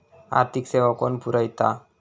आर्थिक सेवा कोण पुरयता?